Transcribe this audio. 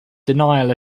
denial